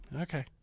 Okay